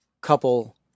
couple